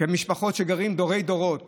כמשפחות שגרות דורי-דורות